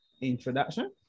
introduction